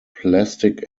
plastic